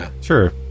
Sure